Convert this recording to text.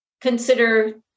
consider